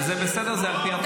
זה בסדר, זה על פי התקנון.